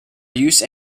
use